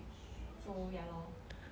so ya lor